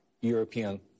European